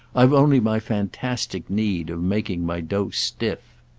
i've only my fantastic need of making my dose stiff.